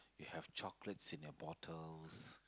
you have chocolates in your bottles